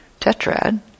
tetrad